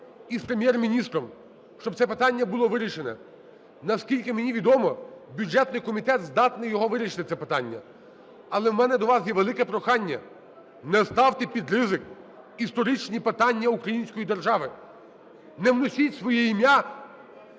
Прем'єр-міністром, щоб це питання було вирішено. Наскільки мені відомо, бюджетний комітет здатний його вирішити, це питання. Але в мене до вас є велике прохання: не ставте під ризик історичні питання української держави, не вносіть своє ім'я